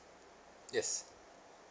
yes